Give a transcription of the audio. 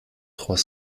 trois